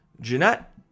Jeanette